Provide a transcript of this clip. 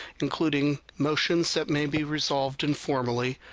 including motions that may be resolved informally,